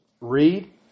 read